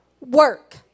work